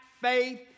faith